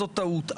זאת טעות.